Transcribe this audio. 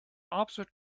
opposite